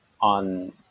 on